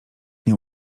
nie